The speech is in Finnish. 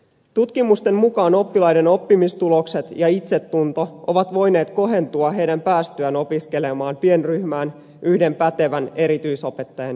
tutkimusten mukaan oppilaiden oppimistulokset ja itsetunto ovat voineet kohentua heidän päästyään opiskelemaan pienryhmään yhden pätevän erityisopettajan johdolla